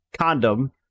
Condom